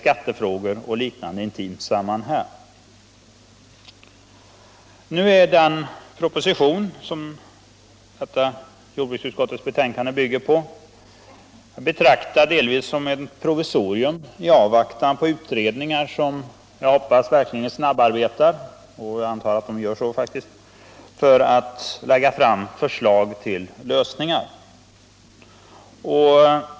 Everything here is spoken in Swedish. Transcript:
Skattefrågor och liknande hänger också intimt samman med detta. Den proposition som betänkandet bygger på är att betrakta delvis som ett provisorium i avvaktan på utredningar som jag hoppas verkligen snabbarbetar — jag antar att de faktiskt gör det — för att lägga fram förslag till lösningar.